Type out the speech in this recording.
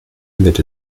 wird